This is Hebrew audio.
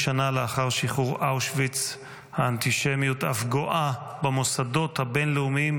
80 שנה לאחר שחרור אושוויץ האנטישמיות אף גואה במוסדות הבין-לאומיים,